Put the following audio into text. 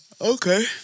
Okay